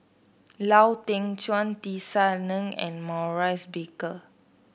Lau Teng Chuan Tisa Ng and Maurice Baker